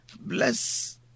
Bless